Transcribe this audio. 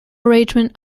arrangements